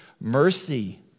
mercy